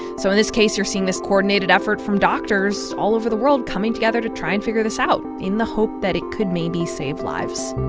so in this case, you're seeing this coordinated effort from doctors all over the world, coming together to try and figure this out in the hope that it could maybe save lives